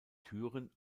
türen